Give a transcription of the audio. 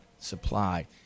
supply